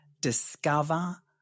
discover